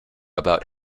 about